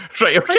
Right